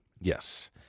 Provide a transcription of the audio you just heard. Yes